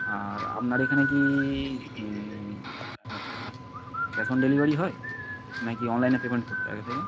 আর আপনার এখানে কি ক্যাশ অন ডেলিভারি হয় না কি অনলাইনে পেমেন্ট করতে হয় আগে থেকে